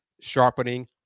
sharpening